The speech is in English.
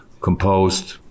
composed